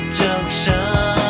junction